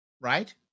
right